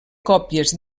còpies